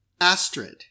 Astrid